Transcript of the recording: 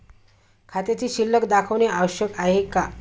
खात्यातील शिल्लक दाखवणे आवश्यक आहे का?